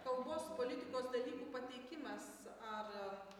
kalbos politikos dalykų pateikimas ar